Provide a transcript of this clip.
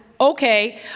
Okay